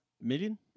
million